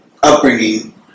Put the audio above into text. Upbringing